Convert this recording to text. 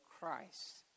Christ